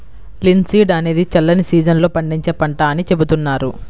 linseed అనేది చల్లని season లో పండించే పంట అని చెబుతున్నారు